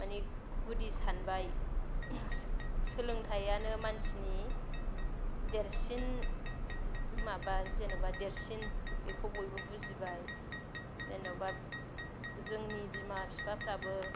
माने गुदि सानबाय सोलोंथायानो मानसिनि देरसिन माबा जेन'बा देरसिन बेखौ बयबो बुजिबाय जेन'बा जोंनि बिमा फिफाफ्राबो